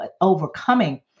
overcoming